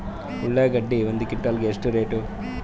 ಉಳ್ಳಾಗಡ್ಡಿ ಒಂದು ಕ್ವಿಂಟಾಲ್ ಗೆ ಎಷ್ಟು ರೇಟು?